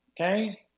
Okay